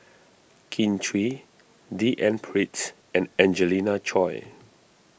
Kin Chui D N Pritts and Angelina Choy